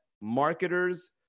marketers